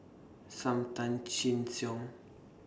SAM Tan Chin Siong